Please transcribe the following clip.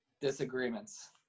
disagreements